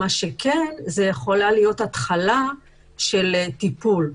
מה שכן, זו יכולה להיות התחלה של טיפול.